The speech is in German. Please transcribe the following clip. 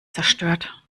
zerstört